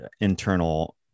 internal